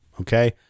Okay